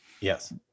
Yes